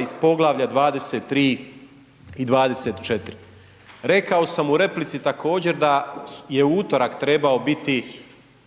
iz Poglavlja 23. i 24. Rekao sam u replici također da je u utorak